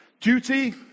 duty